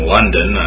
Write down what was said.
London